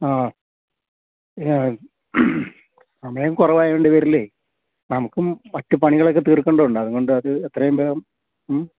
ആ പിന്നെ സമയം കുറവായതുകൊണ്ട് വരില്ലേ നമുക്കും മറ്റു പണികളൊക്കെ തീർക്കേണ്ടതുണ്ട് അതുകൊണ്ട് അത് എത്രയും വേഗം മ്മ്